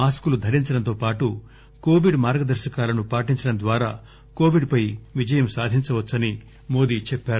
మాస్కులు ధరించడంతో పాటు కోవిడ్ మార్గదర్శకాలను పాటించడం ద్వారా కోవిడ్ పై విజయం సాధించవచ్చని మోదీ చెప్పారు